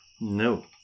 No